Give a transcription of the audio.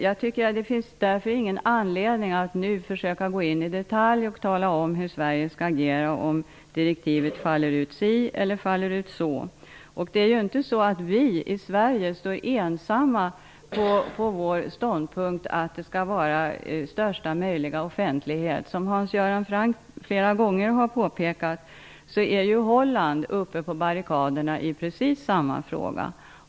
Jag tycker att det därför inte finns anledning att nu försöka att i detalj tala om hur Sverige skall agera om direktivet faller ut si eller så. Det är inte så att vi i Sverige är ensamma om vår ståndpunkt om att största möjliga offentlighet skall råda. Hans Göran Franck har flera gånger påpekat att Holland står på barrikaderna i precis samma fråga.